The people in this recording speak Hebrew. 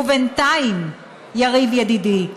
ובינתיים, יריב ידידי,